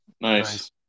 Nice